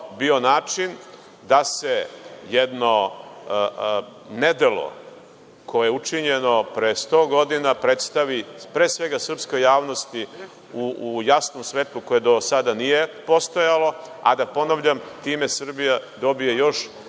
bio način da se jedno nedelo koje je učinjeno pre 100 godina predstavi pre svega srpskoj javnosti u jasnom svetlu koje do sada nije postojalo, a da, ponavljam, time Srbija dobije još